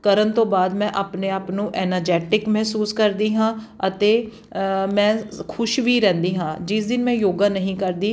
ਕਰਨ ਤੋਂ ਬਾਅਦ ਮੈਂ ਆਪਣੇ ਆਪ ਨੂੰ ਏਨੇਜੈਟਿਕ ਮਹਿਸੂਸ ਕਰਦੀ ਹਾਂ ਅਤੇ ਮੈਂ ਖੁਸ਼ ਵੀ ਰਹਿੰਦੀ ਹਾਂ ਜਿਸ ਦਿਨ ਮੈਂ ਯੋਗਾ ਨਹੀਂ ਕਰਦੀ